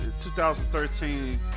2013